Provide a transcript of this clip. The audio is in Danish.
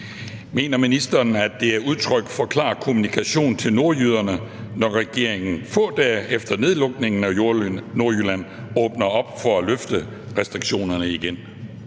Mener ministeren, at det er udtryk for klar kommunikation til nordjyderne, når regeringen få dage efter nedlukningen af Nordjylland åbner op for at løfte restriktionerne igen?